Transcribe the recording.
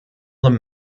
him